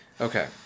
Okay